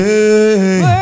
Hey